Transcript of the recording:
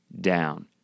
down